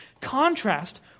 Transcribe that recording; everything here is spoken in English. Contrast